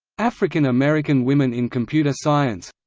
african-american women in computer science